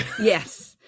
yes